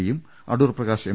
പിയും അടൂർ പ്രകാശ് എം